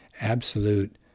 absolute